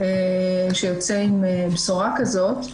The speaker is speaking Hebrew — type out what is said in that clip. שיוצא עם בשורה כזאת.